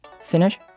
finish